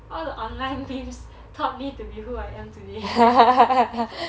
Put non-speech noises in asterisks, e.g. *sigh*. all the online memes taught me to be who I am today *laughs*